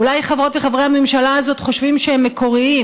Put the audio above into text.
אולי חברות וחברי הממשלה הזאת חושבים שהם מקוריים,